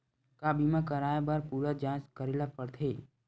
का बीमा कराए बर पूरा जांच करेला पड़थे?